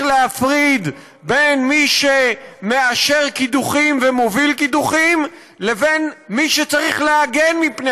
להפריד בין מי שמאשר קידוחים ומוביל קידוחים לבין מי שצריך להגן מפני